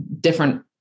different